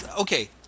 Okay